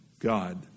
God